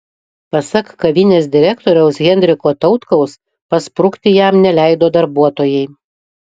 pasak kavinės direktoriaus henriko tautkaus pasprukti jam neleido darbuotojai